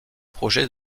projet